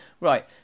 Right